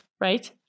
right